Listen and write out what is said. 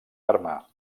arma